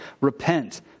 Repent